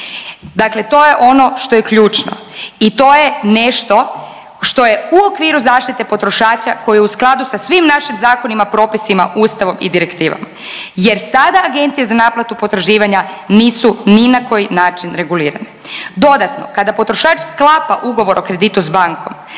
Dakle to je ono što je ključno i to je nešto što je u okviru zaštite potrošača koji je u skladu sa svim našim zakonima, propisima, Ustavom i direktivama jer sada agencije za naplatu potraživanja nisu ni na koji način regulirane. Dodatno, kada potrošač sklapa ugovor o kreditu s bankom,